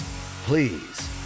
Please